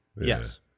Yes